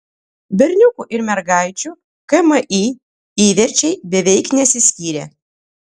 berniukų ir mergaičių kmi įverčiai beveik nesiskyrė